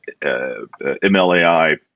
MLAI